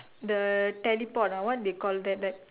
the teleport ah what they call that like